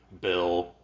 bill